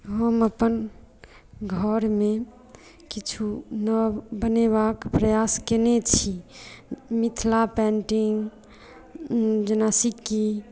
हम अपन घरमे किछु नव बनेबाक प्रयास कयने छी मिथिला पेंटिंग जेना सिक्की